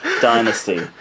Dynasty